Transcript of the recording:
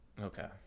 okay